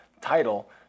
title